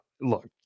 look